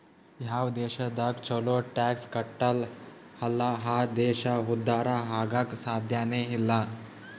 ಯಾವ್ ದೇಶದಾಗ್ ಛಲೋ ಟ್ಯಾಕ್ಸ್ ಕಟ್ಟಲ್ ಅಲ್ಲಾ ಆ ದೇಶ ಉದ್ಧಾರ ಆಗಾಕ್ ಸಾಧ್ಯನೇ ಇಲ್ಲ